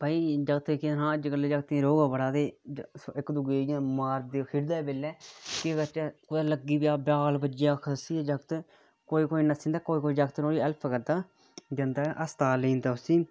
भाई सेई सुना अज्ज कल्लैं दे जाग्तें गी रोह् गै बड़ा इक दूए गी मारदे खेढदे बेल्लै केह् करचै कुदै लग्गी जा बाॅल बज्जै कोई नस्सी जंदा कोई कोई जागत हैल्प करदा जंदे अस्पताल लेई जंदे उसी